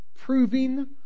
Proving